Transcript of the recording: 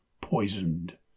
poisoned